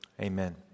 Amen